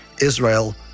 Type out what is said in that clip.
Israel